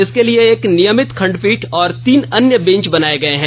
इसके लिए एक नियमित खंडपीठ और तीन अन्य बेंच बनाए गए हैं